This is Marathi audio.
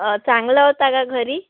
चांगला होता का घरी